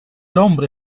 hombre